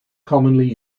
commonly